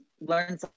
Learn